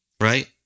right